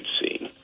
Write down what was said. scene